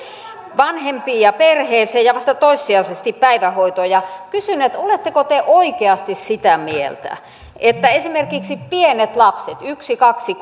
vanhempiin ja perheeseen ja vasta toissijaisesti päivähoitoon kysyn oletteko te oikeasti sitä mieltä että esimerkiksi pienet lapset yksi kaksi